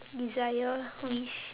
desire wish